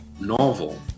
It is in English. novel